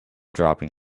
dropping